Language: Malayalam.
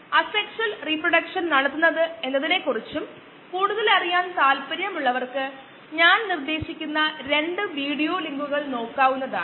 അത് പരിഹരിക്കുന്നതിന് ദയവായി എല്ലാ ശ്രമങ്ങളും നടത്തുക കുറഞ്ഞത് ക്ലോസ് എൻഡ് പ്രശ്നം പരിഹരിക്കുന്നതിനുള്ള പ്രയത്നം നിങ്ങൾ എടുക്കേണ്ടതുണ്ട്